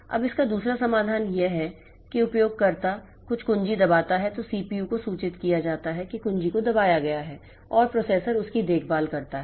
अब इसका दूसरा समाधान यह है कि जब उपयोगकर्ता कुछ कुंजी दबाता है तो सीपीयू को सूचित किया जाता है कि एक कुंजी को दबाया गया है और प्रोसेसर उसकी देखभाल करता है